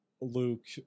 Luke